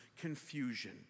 confusion